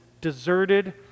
deserted